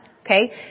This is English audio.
Okay